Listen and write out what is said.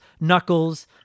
Knuckles